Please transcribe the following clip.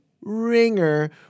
ringer